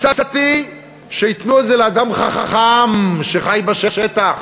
הצעתי שייתנו את זה לאדם חכם שחי בשטח,